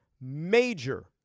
major